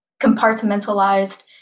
compartmentalized